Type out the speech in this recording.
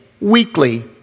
weekly